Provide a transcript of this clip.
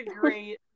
great